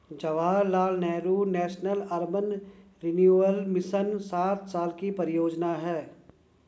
Jawaharlal Nehru national urban renewal mission सात साल की परियोजना है